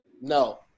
No